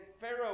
Pharaoh